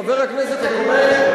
יקירי חבר הכנסת חרמש,